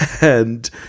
And-